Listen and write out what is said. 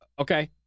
Okay